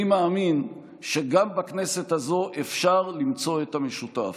אני מאמין שגם בכנסת הזאת אפשר למצוא את המשותף.